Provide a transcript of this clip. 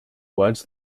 words